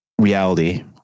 reality